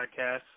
podcast